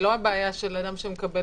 היא לא הבעיה של בן אדם שמקבל,